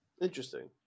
Interesting